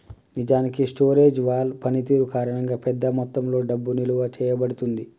నిజానికి storage wall పనితీరు కారణంగా పెద్ద మొత్తంలో డబ్బు నిలువ చేయబడుతుంది